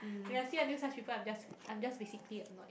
when I see until such people I'm just I'm just basically annoyed